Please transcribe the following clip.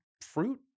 fruit